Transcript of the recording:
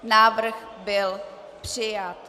Návrh byl přijat.